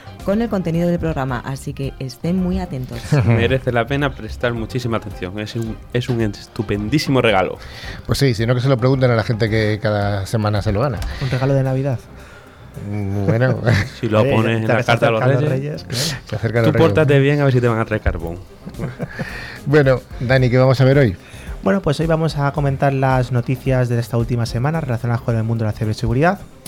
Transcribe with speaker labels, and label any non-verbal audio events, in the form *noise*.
Speaker 1: con el contenido del programa, así que estén muy atentos.
Speaker 2: *laughs*
Speaker 3: Merece la pena prestar muchísima atención. Es un- es un estupendísimo re- regalo.
Speaker 2: Pues sí, si no que se lo pregunten a la gente que cada semana se lo gana.
Speaker 4: Un regalo de Navidad.
Speaker 2: Mm, bueno.
Speaker 3: *laughs* Si lo
Speaker 4: Eh, ya
Speaker 3: pones
Speaker 4: te
Speaker 3: en la
Speaker 4: acercas
Speaker 3: carta a los
Speaker 4: a los
Speaker 3: reyes,
Speaker 4: reyes, claro.
Speaker 2: Se acerca
Speaker 3: tú
Speaker 2: los reyes. *laughs*
Speaker 3: pórtate bien, a ver si te van a traer carbón.
Speaker 2: *laughs* Bueno, Dani, ¿qué vamos a ver hoy?
Speaker 4: Bueno, pues hoy vamos a comentar las noticias de esta última semana relacionadas con el mundo de la ciberseguridad.